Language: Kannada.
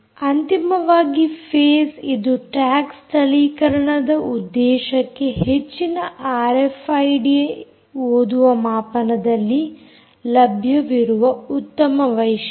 ಅಂತಿಮವಾಗಿ ಫೇಸ್ ಇದು ಟ್ಯಾಗ್ ಸ್ಥಳೀಕರಣ ಉದ್ದೇಶಕ್ಕೆ ಹೆಚ್ಚಿನ ಆರ್ಎಫ್ಐಡಿ ಓದುವ ಮಾಪನದಲ್ಲಿ ಲಭ್ಯವಿರುವ ಉತ್ತಮ ವೈಶಿಷ್ಟ್ಯ